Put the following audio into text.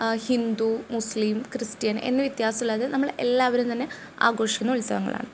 Hindu Muslim Christian എന്ന വ്യത്യാസമില്ലാതെ നമ്മൾ എല്ലാവരും തന്നെ ആഘോഷിക്കുന്ന ഉത്സവങ്ങളാണ്